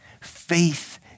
Faith